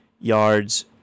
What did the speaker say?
yards